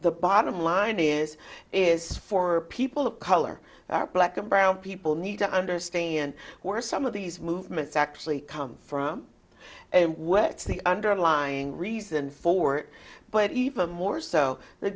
the bottom line is is for people of color are black and brown people need to understand where some of these movements actually come from and what's the underlying reason for it but even more so the